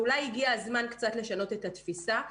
אולי הגיע הזמן קצת לשנות את התפיסה.